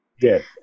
Yes